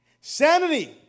Sanity